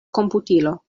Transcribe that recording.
komputilo